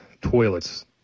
Toilets